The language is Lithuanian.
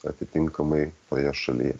atitinkamai toje šalyje